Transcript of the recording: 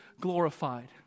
glorified